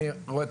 אני רואה,